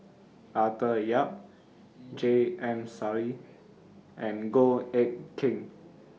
Arthur Yap J M Sali and Goh Eck Kheng